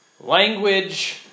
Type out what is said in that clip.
language